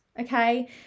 okay